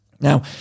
Now